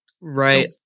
Right